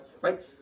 right